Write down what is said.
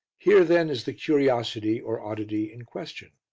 here, then, is the curiosity or oddity in question.